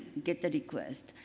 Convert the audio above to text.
get the request.